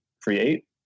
create